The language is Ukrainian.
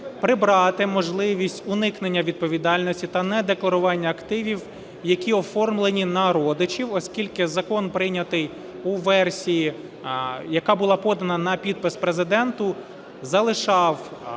прибрати можливість уникнення відповідальності та недекларування активів, які оформлені на родичів, оскільки закон, прийнятий у версії, яка була подана на підпис Президенту, залишав